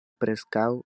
preskaŭ